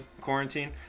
quarantine